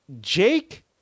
Jake